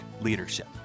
leadership